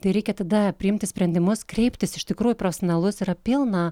tai reikia tada priimti sprendimus kreiptis iš tikrųjų į profesionalus yra pilna